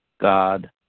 God